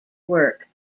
work